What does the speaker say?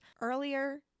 Earlier